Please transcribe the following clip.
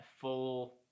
full